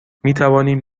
میتوانیم